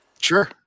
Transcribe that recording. sure